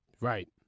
Right